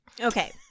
Okay